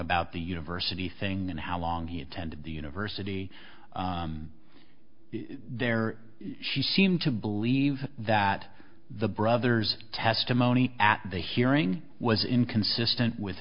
about the university thing and how long he attended the university there she seemed to believe that the brothers testimony at the hearing was inconsistent with